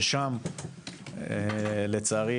ששם לצערי,